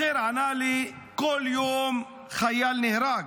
אחר ענה לי: כל יום חייל נהרג.